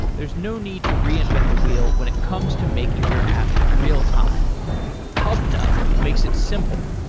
there's no need to reinvent the wheel when it comes to making your app real-time pubnub makes it simple,